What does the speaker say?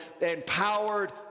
empowered